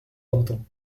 danton